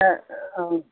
ஆ ஆ